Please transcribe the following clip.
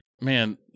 Man